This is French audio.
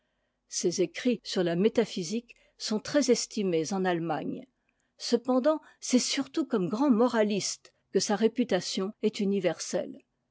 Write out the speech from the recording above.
ses écrits sur a métaphysique sont très estimes en allemagne cependant c'est surtout comme grand moraliste que sa réputation est universelle